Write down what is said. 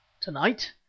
tonight